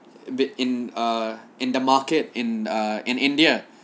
be in err in the market in err in india